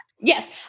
Yes